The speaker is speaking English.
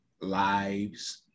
lives